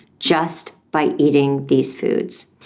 just by eating these foods.